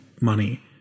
money